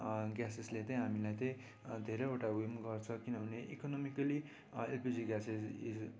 ग्यासेसले त्यही हामीलाई त्यही धेरैवटा ऊ यो नि गर्छ किनभने इकोनोमिकली एलपिजी ग्यासेस